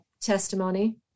testimony